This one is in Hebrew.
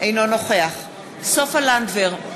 אינו נוכח סופה לנדבר,